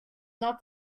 not